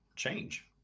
Change